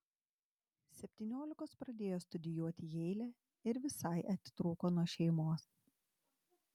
septyniolikos pradėjo studijuoti jeile ir visai atitrūko nuo šeimos